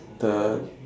the